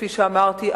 כמו שאמרתי,